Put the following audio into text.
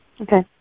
Okay